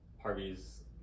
harvey's